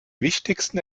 wichtigsten